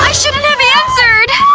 shouldn't have answered!